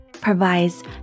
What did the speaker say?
provides